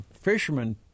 Fishermen